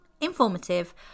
informative